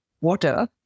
water